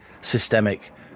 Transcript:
systemic